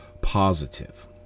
positive